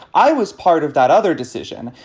i was part of that other decision,